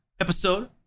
episode